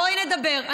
בואי נדבר.